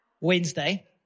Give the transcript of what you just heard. Wednesday